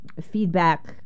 feedback